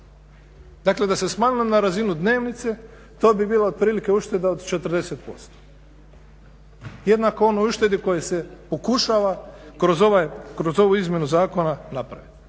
dakle da se smanjilo na razinu dnevnice to bi bilo otprilike ušteda od 40%. Jednako onoj uštedi koja se pokušava kroz ovu izmjenu zakona napraviti.